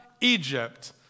Egypt